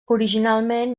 originalment